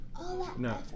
No